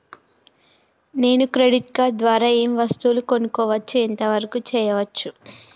నేను credit card ద్వారా ఏం వస్తువులు కొనుక్కోవచ్చు ఎంత వరకు చేయవచ్చు?